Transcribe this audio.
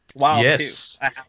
Yes